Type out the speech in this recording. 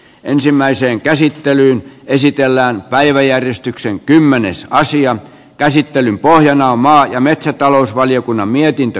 ensimmäiseen käsittelyyn esitellään päiväjärjestyksen kymmenessä asian käsittelyn pohjana on maa ja metsätalousvaliokunnan mietintö